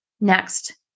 Next